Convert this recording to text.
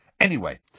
Anyway